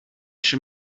she